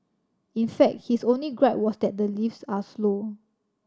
in fact his only gripe was that the lifts are slow